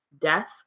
death